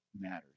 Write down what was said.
matters